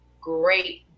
great